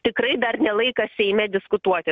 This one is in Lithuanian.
tikrai dar ne laikas seime diskutuoti